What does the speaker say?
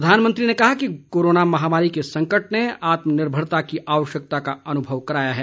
प्रधानमंत्री ने कहा कि कोरोना महामारी के संकट ने आत्मनिर्भरता की आवश्यकता का अनुभव कराया है